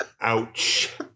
Ouch